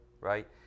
right